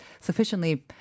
sufficiently